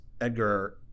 Edgar